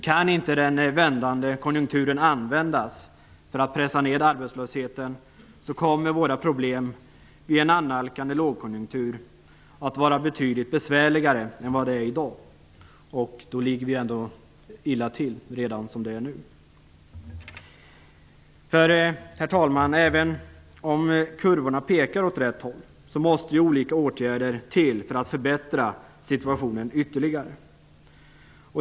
Kan inte den vändande konjunkturen användas för att pressa ned arbetslösheten kommer våra problem vid en annalkande lågkonjunktur att vara betydligt besvärligare än vad de är i dag, och då ligger vi ändå illa till redan som det är nu. Även om kurvorna pekar åt rätt håll, herr talman, måste olika åtgärder till för att förbättra situationen ytterligare.